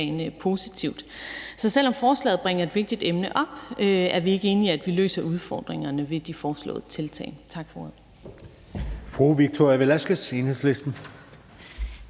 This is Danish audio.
positivt. Så selv om forslaget bringer et vigtigt emne op, er vi ikke enige i, at vi løser udfordringerne med de foreslåede tiltag. Tak for